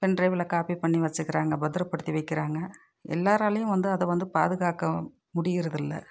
pen ட்ரைவ்வில் copy பண்ணி வச்சுக்கிறாங்க பத்திரபடுத்தி வைக்கிறாங்க எல்லாராலேயும் வந்து அது வந்து பாதுகாக்க முடிகிறதில்ல